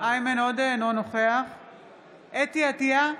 אינו נוכח חוה אתי עטייה,